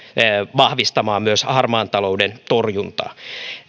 myös vahvistamaan harmaan talouden torjuntaa